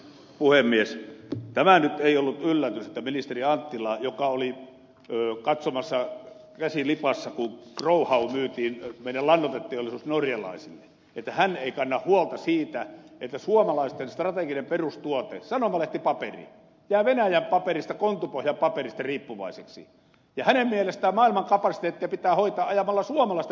tämä nyt ei ollut yllätys että ministeri anttila joka oli katsomassa käsi lipassa kun growhow myytiin meidän lannoiteteollisuus norjalaisille ei kanna huolta siitä että suomalaisten strateginen perustuote sanomalehtipaperi jää venäjän paperista kontupohjan paperista riippuvaiseksi ja hänen mielestään maailman kapasiteettia pitää hoitaa ajamalla suomalaista metsäteollisuutta alas